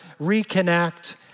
reconnect